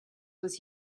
was